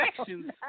actions